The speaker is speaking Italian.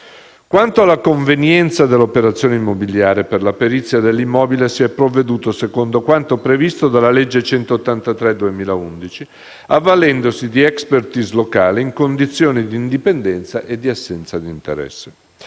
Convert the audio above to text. Quanto alla convenienza dell'operazione immobiliare, per la perizia dell'immobile si è provveduto secondo quanto previsto dalla legge n. 183 del 2011, avvalendosi di *expertise* locale in condizioni di indipendenza e assenza di interesse.